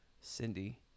Cindy